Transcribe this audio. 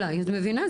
את מבינה?